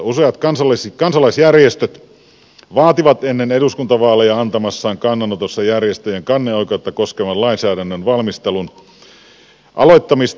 useat kansalaisjärjestöt vaativat ennen eduskuntavaaleja antamassaan kannanotossa järjestöjen kanneoikeutta koskevan lainsäädännön valmistelun aloittamista